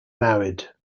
married